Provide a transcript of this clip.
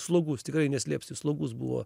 slogus tikrai neslėpsiu slogus buvo